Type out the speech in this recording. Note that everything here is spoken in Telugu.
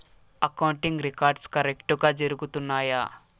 అకౌంటింగ్ రికార్డ్స్ కరెక్టుగా జరుగుతున్నాయా